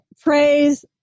Praise